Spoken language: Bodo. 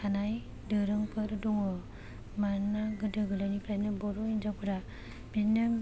थानाय दोरोंफोर दङ मानोना गोदो गोदायनिफ्रायनो बर' हिन्जावफोरा बिदिनो